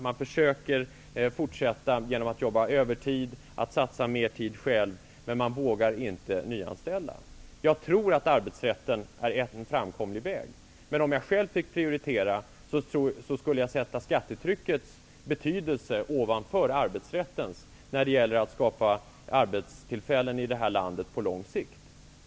Man försöker fortsätta genom att jobba övertid och satsa mer tid själv. Man vågar inte nyanställa. Jag tror att arbetsrätten är en framkomlig väg för att komma till rätta med detta. Om jag själv fick prioritera skulle jag sätta skattetryckets betydelse ovanför arbetsrättens när det gäller att skapa arbetstillfällen i det här landet på lång sikt.